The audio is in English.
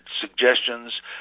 suggestions